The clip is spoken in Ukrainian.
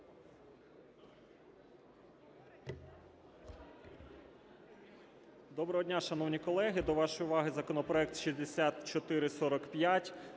Доброго дня, шановні колеги! До вашої уваги законопроект 6445